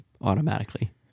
automatically